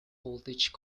voltage